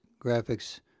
graphics